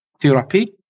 therapy